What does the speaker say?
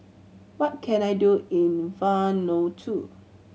what can I do in Vanuatu